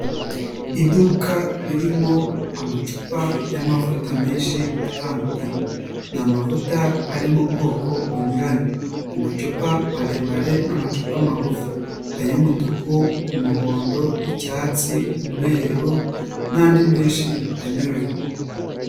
Iduka ririmo amacupa y'amavuta menshi atandukanye, ni amavuta ari mu bwoko bunyuranye, amacupa maremare n'amacupa magufi, ay'umutuku, umuhondo, icyatsi umweru n'andi menshi anyuranye.